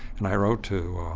and i wrote to